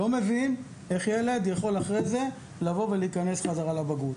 אני לא מבין איך ילד יכול אחרי זה לבוא ולהיכנס חזרה לבגרות.